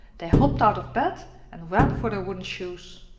they hopped out of bed and ran for their wooden shoes.